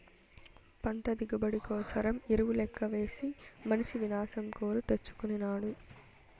పంట దిగుబడి కోసరం ఎరువు లెక్కవేసి మనిసి వినాశం కోరి తెచ్చుకొనినాడు